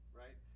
right